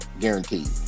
guaranteed